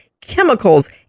chemicals